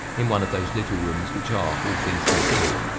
in one of those little rooms which are, all things considered,